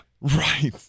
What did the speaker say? right